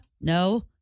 No